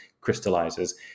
crystallizes